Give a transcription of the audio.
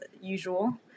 usual